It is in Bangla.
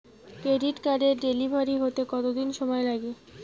ক্রেডিট কার্ডের ডেলিভারি হতে কতদিন সময় লাগে?